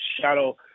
shadow